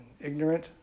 ignorant